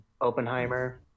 Oppenheimer